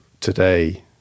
today